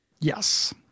Yes